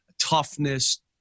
toughness